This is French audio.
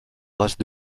races